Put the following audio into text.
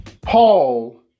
Paul